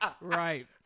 Right